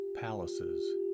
palaces